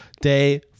day